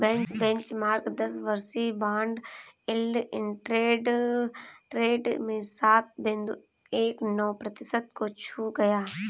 benchmark दस वर्षीय bond yield intraday trade में सात बिंदु एक नौ प्रतिशत को छू गया